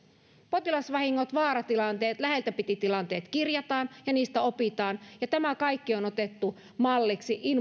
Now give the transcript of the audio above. potilasvahingot vaaratilanteet läheltä piti tilanteet kirjataan ja niistä opitaan ja tämä kaikki on otettu malliksi